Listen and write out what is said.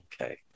Okay